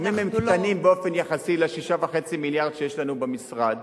הסכומים קטנים באופן יחסי ל-6.5 מיליארד שיש לנו במשרד.